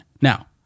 Now